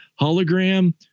hologram